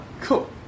Cool